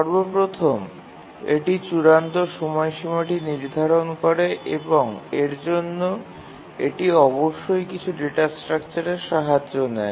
সর্বপ্রথম এটি চূড়ান্ত সময়সীমাটি নির্ধারণ করে এবং এর জন্য এটি অবশ্যই কিছু ডেটা স্ট্রাকচারের সাহায্য নেয়